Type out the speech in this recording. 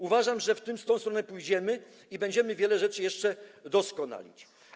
Uważam, że w tę stronę pójdziemy i będziemy wiele rzeczy jeszcze doskonalić.